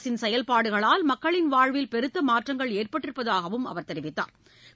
அரசின் செயல்பாடுகளால் மக்களின் வாழ்வில் பெருத்த மாற்றங்கள் ஏற்பட்டிருப்பதாகவும் அவர் தெரிவித்தாா்